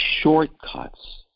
shortcuts